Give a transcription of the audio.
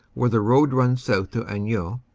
where the road runs south to anneux,